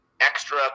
extra